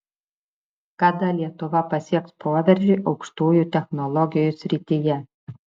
kada lietuva pasieks proveržį aukštųjų technologijų srityje